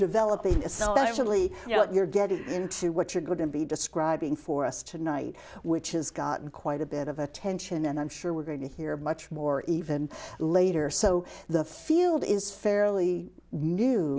what you're getting into what you're going to be describing for us tonight which has gotten quite a bit of attention and i'm sure we're going to hear much more even later so the field is fairly new